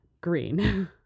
green